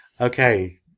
Okay